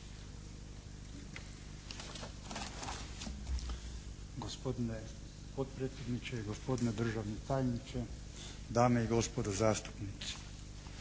Hvala